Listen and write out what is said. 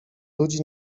ludzi